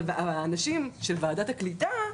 אבל האנשים של ועדת הקליטה,